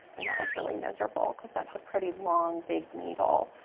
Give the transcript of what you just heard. and that was really miserable, cause that's a pretty long, big needle.